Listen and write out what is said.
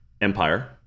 empire